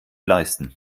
leisten